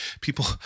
people